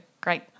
great